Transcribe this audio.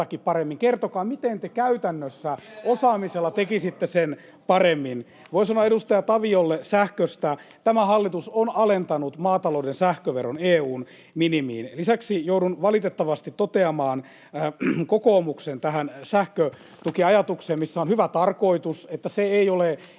Kertokaa, miten te käytännössä osaamisella tekisitte sen paremmin. Voin sanoa edustaja Taviolle sähköstä: tämä hallitus on alentanut maatalouden sähköveron EU:n minimiin. Lisäksi joudun valitettavasti toteamaan liittyen tähän kokoomuksen sähkötukiajatukseen, missä on hyvä tarkoitus, että se ei ole